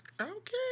Okay